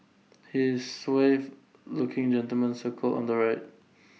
he is suave looking gentleman circled on the right